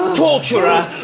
torturer,